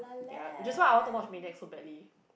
ya that's why I want to watch Maniac so badly